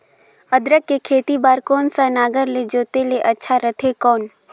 अदरक के खेती बार कोन सा नागर ले जोते ले अच्छा रथे कौन?